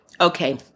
okay